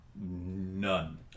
None